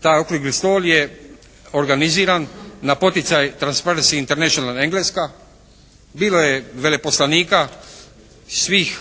Taj Okrugli stol je organiziran na poticaj «Transparency International Engleska». Bilo je veleposlanika svih